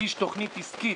ומגיש תכנית עסקית,